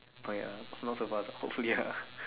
oh ya not so fast ah hopefully ah